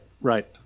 right